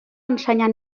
ensenyar